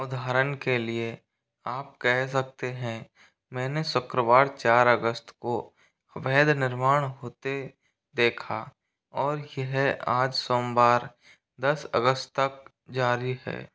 उधारण के लिए आप कह सकते हैं मैंने शुक्रवार चार अगस्त को अवैध निर्माण होते देखा और यह आज सोमवार दस अगस्त तक जारी है